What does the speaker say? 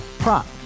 Prop